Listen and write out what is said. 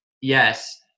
Yes